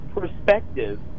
perspective